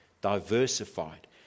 diversified